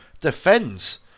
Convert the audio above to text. defends